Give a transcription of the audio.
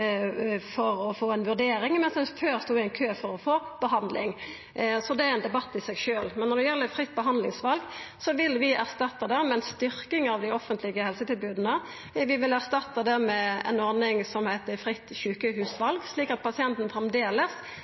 for å få ei vurdering, mens ein før stod i ein kø for å få behandling. Så det er ein debatt i seg sjølv. Når det gjeld fritt behandlingsval, vil vi erstatta det med ei styrking av dei offentlege helsetilboda. Vi vil erstatta det med ei ordning som heiter fritt sjukehusval, slik at pasienten